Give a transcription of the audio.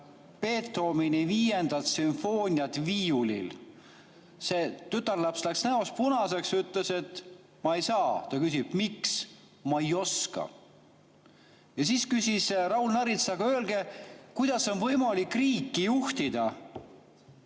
Beethoveni viiendat sümfooniat viiulil. See tütarlaps läks näost punaseks ja ütles, et ma ei saa. Ta küsis: "Miks?" "Ma ei oska." Ja siis küsis Raul Narits, et aga öelge, kuidas on võimalik riiki juhtida.